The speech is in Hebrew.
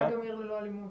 היה גם עיר ללא אלימות.